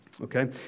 Okay